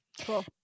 Cool